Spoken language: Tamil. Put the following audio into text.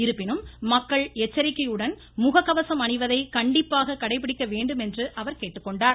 எனினும் மக்கள் எச்சரிக்கையுடன் முகக்கவசம் அணிவதை கண்டிப்பாக கடைபிடிக்க வேண்டும் என்றும் அவர் கேட்டுக்கொண்டார்